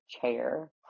chair